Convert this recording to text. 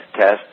test